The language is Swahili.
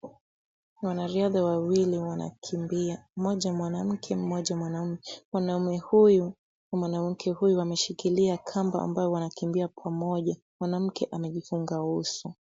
Wanariadha wawili wanakimbia. Mmoja mwanamke, mmoja mwanaume. Mwanaume huyu na mwanamke huyu wameshikilia kamba ambayo wanakimbia pamoja. Mwanamke amejifunga uso.